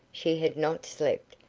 she had not slept,